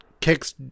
kicks